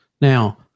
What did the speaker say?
Now